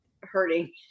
hurting